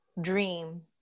dream